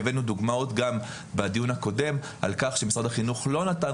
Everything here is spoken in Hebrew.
והבאנו דוגמאות גם בדיון הקודם לכך שמשרד החינוך לא נתן